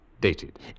dated